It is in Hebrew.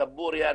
דבורייה,